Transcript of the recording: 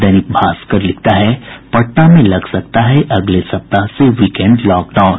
दैनिक भास्कर की सुर्खी है पटना में लग सकता है अगले सप्ताह से वीकेंड लॉकडाउन